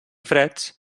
freds